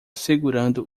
segurando